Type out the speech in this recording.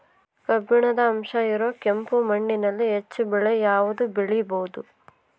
ಕಬ್ಬಿಣದ ಅಂಶ ಇರೋ ಕೆಂಪು ಮಣ್ಣಿನಲ್ಲಿ ಹೆಚ್ಚು ಬೆಳೆ ಯಾವುದು ಬೆಳಿಬೋದು?